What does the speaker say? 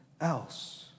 else